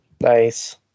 Nice